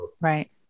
Right